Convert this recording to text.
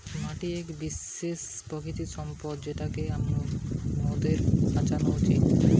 মাটি এক বিশেষ প্রাকৃতিক সম্পদ যেটোকে মোদের বাঁচানো উচিত